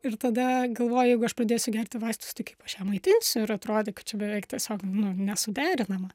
ir tada galvoju jeigu aš pradėsiu gerti vaistus tai kaip aš ją maitinsiu ir atrodė kad čia beveik tiesiog nu nesuderinama